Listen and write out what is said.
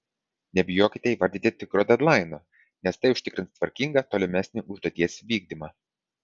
nebijokite įvardyti tikro dedlaino nes tai užtikrins tvarkingą tolimesnį užduoties vykdymą